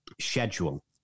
schedule